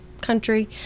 country